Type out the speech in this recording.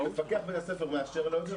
מפקח בית הספר מאשר לו את זה,